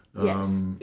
Yes